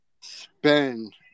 spend